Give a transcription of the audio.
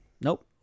Nope